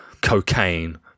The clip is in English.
cocaine